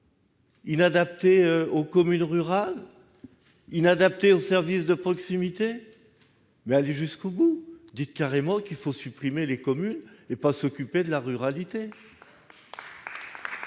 Inadapté aux communes rurales ? Inadapté aux services de proximité ? Allez jusqu'au bout, dites carrément qu'il faut supprimer les communes et ne pas s'occuper de la ruralité